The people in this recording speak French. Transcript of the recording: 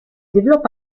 développe